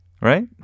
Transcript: right